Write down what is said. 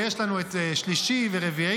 ויש לנו את שלישי ורביעי.